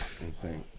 insane